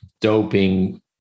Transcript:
doping